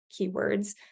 Keywords